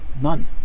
none